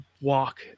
walk